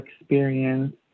experience